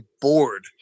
bored